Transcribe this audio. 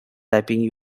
typing